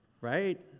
right